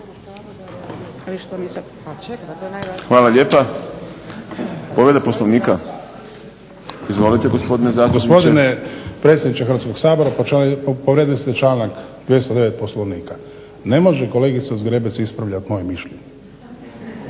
Hvala lijepa. Povreda Poslovnika. Izvolite gospodine zastupniče. **Šuker, Ivan (HDZ)** Gospodine predsjedniče Hrvatskog sabora, povrijedili ste članak 209. Poslovnika. Ne može kolegica Zgrebec ispravljati moje mišljenje.